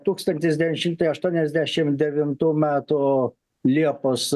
tūkstantis devyni šimtai aštuoniasdešimt devintų metų liepos